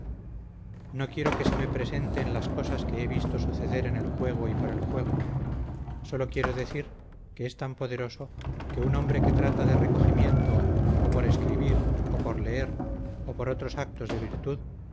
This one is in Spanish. no quiero que se me representen las cosas que he visto suceder en el juego y por el juego sólo quiero decir que es tan poderoso que un hombre que trata de recogimiento o por escribir o por leer o por otros actos de virtud